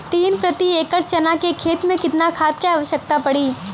तीन प्रति एकड़ चना के खेत मे कितना खाद क आवश्यकता पड़ी?